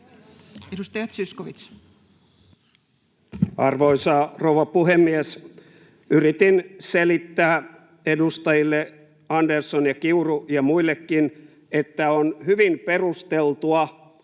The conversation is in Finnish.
Edustaja Zyskowicz. Arvoisa rouva puhemies! Yritin selittää edustajille Andersson ja Kiuru ja muillekin, että on hyvin perusteltua,